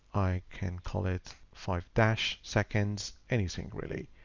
i can call it five dash seconds, anything really,